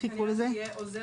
אז תואר